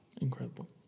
Incredible